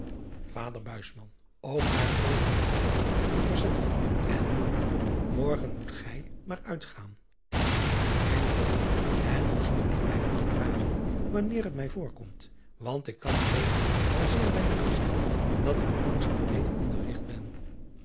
ader ok daartegen moet gij u verzetten en morgen morgen moet gij maar uitgaan n hoe zal ik mij dan gedragen wanneer het mij voorkomt want ik kan tegen maar zeer weinigen zeggen dat ik anders en beter onderrigt ben